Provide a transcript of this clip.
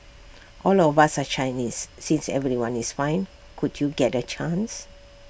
all of us are Chinese since everyone is fine could you get A chance